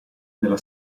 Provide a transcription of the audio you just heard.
nella